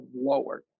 lowered